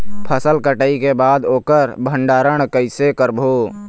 फसल कटाई के बाद ओकर भंडारण कइसे करबो?